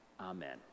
Amen